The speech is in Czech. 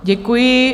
Děkuji.